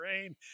rain